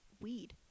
weed